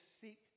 seek